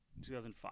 2005